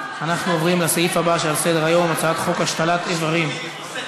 להסיר מסדר-היום את הצעת חוק הפיקוח